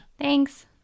Thanks